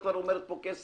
את כבר אומרת פה כסף.